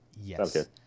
Yes